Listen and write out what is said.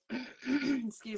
excuse